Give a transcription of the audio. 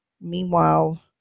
Meanwhile